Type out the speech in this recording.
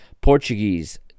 Portuguese